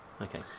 Okay